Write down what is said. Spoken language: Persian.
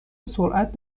سرعت